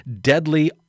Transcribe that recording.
deadly